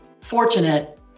fortunate